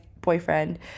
boyfriend